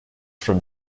from